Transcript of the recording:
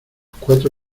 cuatro